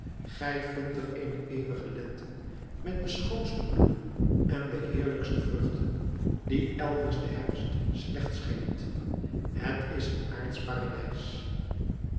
gij vindt er eene eeuwige lente met de schoonste bloemen en de heerlijkste vruchten die elders de herfst slechts schenkt het is een aardsch paradijs